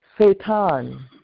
satan